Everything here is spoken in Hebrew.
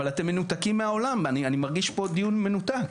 אבל אתם מנותקים מהעולם, אני מרגיש פה דיון מנותק.